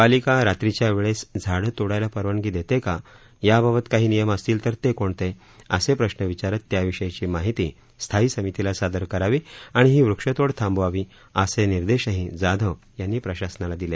पालिका रात्रीच्या वेळेस झाडं तोडायला परवानगी देते का याबाबत काही नियम असतील तर ते कोणते असे प्रश्न विचारत त्याविषयीची माहिती स्थायी समितीला सादर करावी आणि ही वृक्ष तोड थांबवावी असे निर्देशही जाधव यांनी प्रशासनाला दिले